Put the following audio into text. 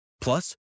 Plus